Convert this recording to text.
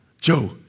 Joe